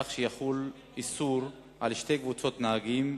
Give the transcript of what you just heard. כך שיחול איסור על שתי קבוצות נהגים,